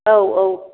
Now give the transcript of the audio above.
औ औ